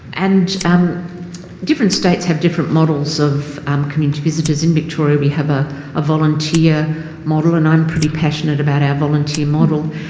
and um different states have different models of um community visitors. in victoria we have a ah volunteer model, and i'm pretty passionate about our volunteer model.